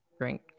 drink